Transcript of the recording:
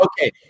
Okay